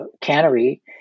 cannery